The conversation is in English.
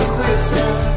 Christmas